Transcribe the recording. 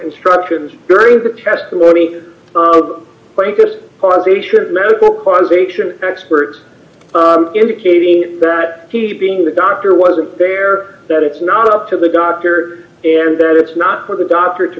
instructions during the testimony fracas causations medical causation experts indicating that he being the doctor wasn't there that it's not up to the doctor and that it's not for the doctor to